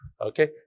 Okay